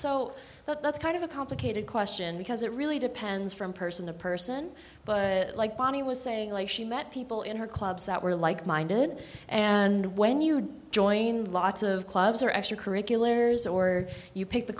so that's kind of a complicated question because it really depends from person to person but like bonnie was saying like she met people in her clubs that were like minded and when you join lots of clubs or extracurriculars or you pick the